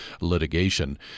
Litigation